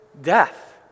death